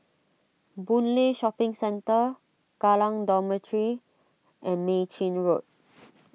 Boon Lay Shopping Centre Kallang Dormitory and Mei Chin Road